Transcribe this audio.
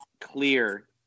clear